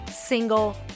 single